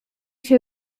się